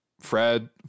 Fred